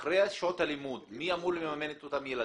אחרי שעות הלימוד מי אמור לממן את אותם ילדים?